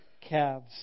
calves